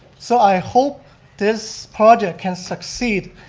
so i hope this project can succeed,